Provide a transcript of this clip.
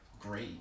great